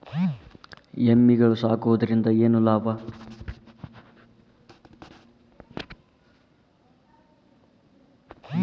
ಎಮ್ಮಿಗಳು ಸಾಕುವುದರಿಂದ ಏನು ಲಾಭ?